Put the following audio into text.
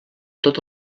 tot